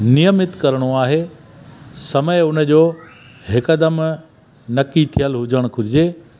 नियमित करिणो आहे समय हुनजो हिकदमि नकी थियल हुजणु घुरिजे